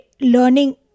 learning